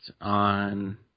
on